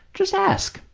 just ask.